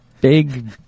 big